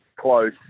close